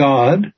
God